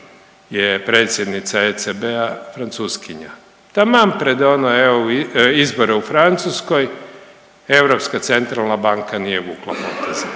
je predsjednica ECB-a Francuskinja, taman pred ono eu izbore u Francuskoj, ECB nije vukla poteze